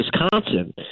Wisconsin